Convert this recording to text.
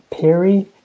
Perry